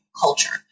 culture